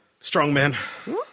Strongman